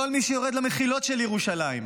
כל מי שיורד למחילות של ירושלים,